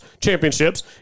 championships